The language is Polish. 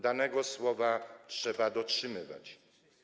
Danego słowa trzeba dotrzymywać.